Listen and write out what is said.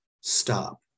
stop